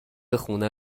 خونه